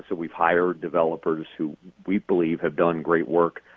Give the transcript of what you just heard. so we hire developers who we believe have done great work.